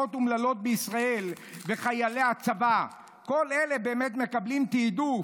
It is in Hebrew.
ממשפחות אומללות בישראל וחיילים בצבא" כל אלה באמת מקבלים תיעדוף,